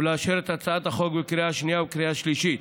ולאשר את הצעת החוק בקריאה שנייה ובקריאה שלישית.